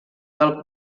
del